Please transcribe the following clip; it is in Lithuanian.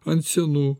ant senų